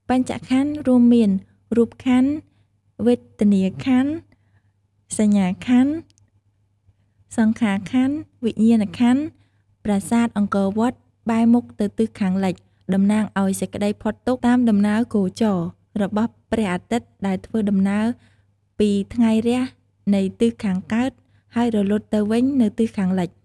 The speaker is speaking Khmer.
បញ្ចក្ខន្ធរួមមាន៖ រូបក្ខន្ធ , វេទនាក្ខន្ធ , សញ្ញាក្ខន្ធ , សង្ខារក្ខន្ធ , វិញ្ញាណក្ខន្ធ ប្រាសាទ អង្គរវត្ត បែរមុខទៅទិសខាងលិច តំណាងឱ្យសេចក្ដីផុតទុក្ខ តាមដំណើរគោចរណ៍ របស់ព្រះអាទិត្យដែលធ្វើដំណើរពីថ្ងៃរះនៃទិសខាងកើត ហើយរលត់ទៅវិញនៅទិសខាងលិច ។